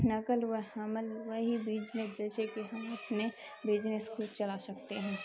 نقل و حمل وہی بجنس جیسے کہ ہم اپنے بجنس کو چلا سکتے ہیں